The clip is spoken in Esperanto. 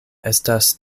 estas